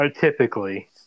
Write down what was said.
typically